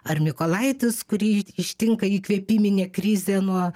ar mikolaitis kurį ištinka įkvėpiminė krizė nuo